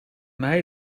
mei